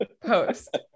post